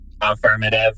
Affirmative